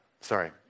Sorry